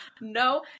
no